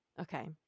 Okay